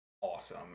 awesome